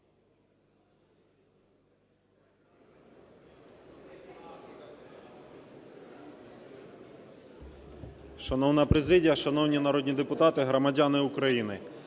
Шановна президія, шановні народні депутати, громадяни України!